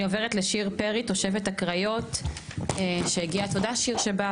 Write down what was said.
אני עוברת לשיר פרי, תושבת הקריות, תודה שבאת שיר.